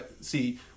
see